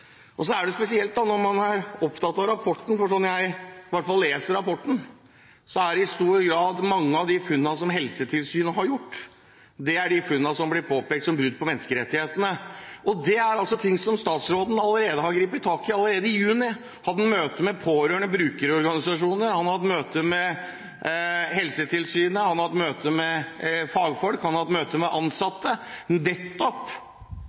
Så er det spesielt, når man er opptatt av rapporten, slik i hvert fall jeg leser den, at mange av de funnene som Helsetilsynet har gjort, er i stor grad de funnene som det blir påpekt er brudd på menneskerettighetene. Dette er noe som statsråden allerede har grepet tak i. Allerede i juni hadde han møte med bruker- og pårørendeorganisasjoner. Han har hatt møte med Helsetilsynet, han har hatt møte med fagfolk, han har hatt møte med ansatte, nettopp